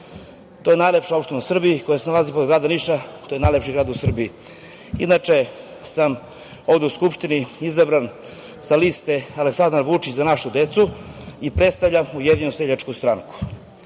To je najlepša opština u Srbiji koja se nalazi pored grada Niša, to je najlepši grad u Srbiji. Inače, sam ovde u Skupštini izabran sa liste Aleksandar Vučić – Za našu decu i predstavljam Ujedinjenu seljačku stranku. Ja